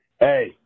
Hey